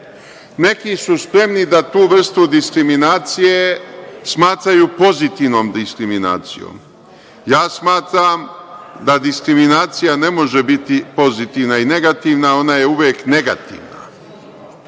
Neki su spremni da tu vrstu diskriminacije smatraju pozitivnom diskriminacijom. Smatram da diskriminacija ne može biti pozitivna i negativna. Ona je uvek negativna. Dakle,